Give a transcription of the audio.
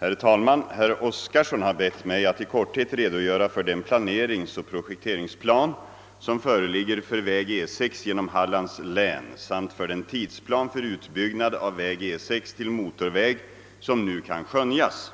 Herr talman! Herr Oskarson har bett mig att i korthet redogöra för den planeringsoch projekteringsplan som föreligger för väg E 6 genom Hallands län samt för den tidsplan för utbyggnad av väg E 6 till motorväg som nu kan skönjas.